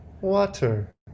Water